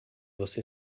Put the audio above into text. você